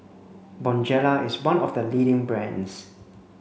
Bonjela is one of the leading brands